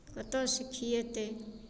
कतयसँ खिएतै